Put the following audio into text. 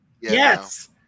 yes